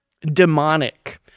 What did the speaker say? demonic